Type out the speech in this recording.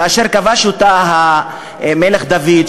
כאשר כבש אותה המלך דוד,